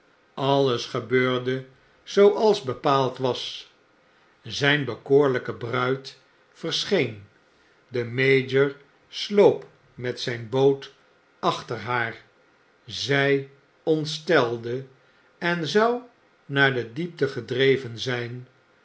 alles gebeurde zooals bepaald was zyn bekoorlyke bruid verscheen de mayor sloop met zijn boot achter haar zij ontstelde en zou naar de diepte gedreven zijn